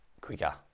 quicker